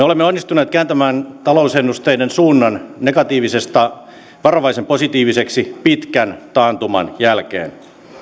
olemme onnistuneet kääntämään talousennusteiden suunnan negatiivisesta varovaisen positiiviseksi pitkän taantuman jälkeen